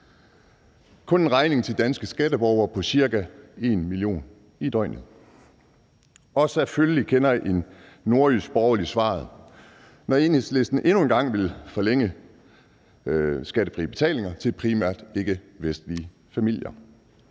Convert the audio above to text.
kun en regning til danske skatteborgere på ca. 1 mio. kr. i døgnet. Og selvfølgelig kender en nordjysk borgerlig svaret, når Enhedslisten endnu en gang vil forlænge skattefrie betalinger til primært ikkevestlige familier.